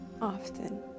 often